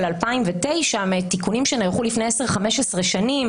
2009 ובתיקונים שנערכו לפני 10,15 שנים,